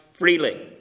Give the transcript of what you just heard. freely